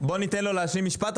בואו ניתן להשלים משפט,